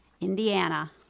Indiana